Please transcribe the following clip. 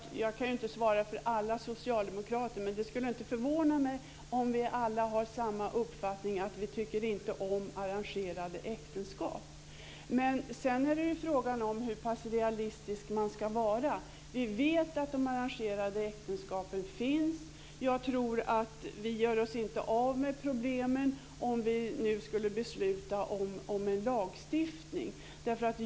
Fru talman! Jag kan inte svara för alla socialdemokrater, men det skulle inte förvåna mig om vi alla har samma uppfattning; att vi inte tycker om arrangerade äktenskap. Sedan är det fråga om hur pass realistisk man ska vara. Vi vet att de arrangerade äktenskapen finns. Jag tror inte att vi gör oss av med problemen om vi nu skulle besluta om en lagstiftning.